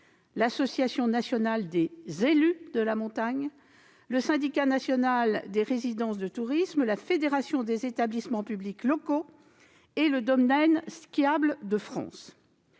l'Association nationale des élus de la montagne (ANEM), le Syndicat national des résidences de tourisme, la Fédération des entreprises publiques locales et Domaines skiables de France.